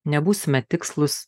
nebūsime tikslūs